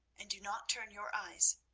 and do not turn your eyes,